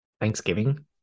Thanksgiving